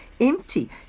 empty